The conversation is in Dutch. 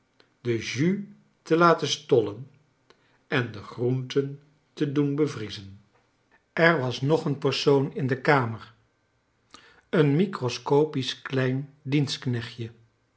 de sjen te laten stollen en de groenten te doen bevriezen er was nog een persoon in de kamer een mioroscopisoh klein